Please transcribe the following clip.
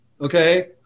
Okay